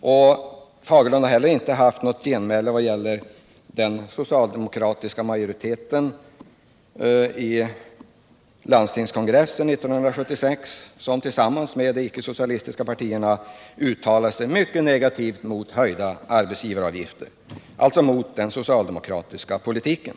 Och Bengt Fagerlund hade inte heller något att genmäla mot den socialdemokratiska majoriteten vid landstingskongressen 1976, som tillsammans med de icke socialistiska partierna uttalade sig mycket negativt mot höjda arbetsgivaravgifter, alltså mot den socialdemokratiska politiken.